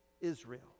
israel